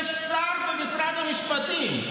יש שר במשרד המשפטים,